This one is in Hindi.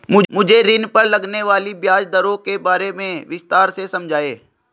मुझे ऋण पर लगने वाली ब्याज दरों के बारे में विस्तार से समझाएं